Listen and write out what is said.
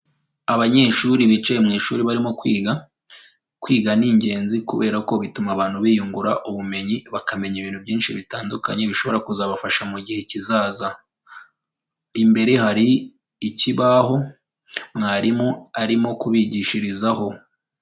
Abanyeshuri bicaye mu ishuri barimo kwiga, kwiga ni ingenzi kubera ko bituma abantu biyungura ubumenyi, bakamenya ibintu byinshi bitandukanye bishobora kuzabafasha mu gihe kizaza. Imbere hari ikibaho, mwarimu arimo kubigishirizaho.